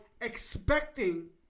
expecting